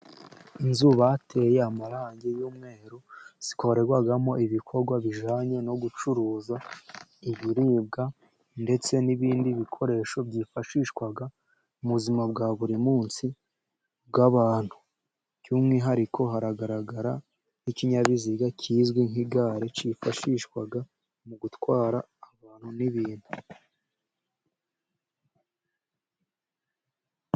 Inzu bateye amarangi y'umweru, zikorerwamo ibikorwa bijyanye no gucuruza ibiribwa, ndetse n'ibindi bikoresho byifashishwa mu buzima bwa buri munsi bw'abantu, by'umwihariko hagaragara nk'ikinyabiziga cyizwi nk'igare, cyifashishwa mu gutwara abantu n'ibintu.